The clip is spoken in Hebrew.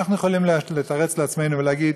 אנחנו יכולים לתרץ לעצמנו ולהגיד: